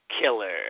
killer